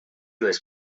les